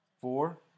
four